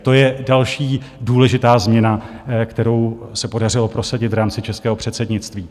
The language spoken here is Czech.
To je další důležitá změna, kterou se podařilo prosadit v rámci českého předsednictví.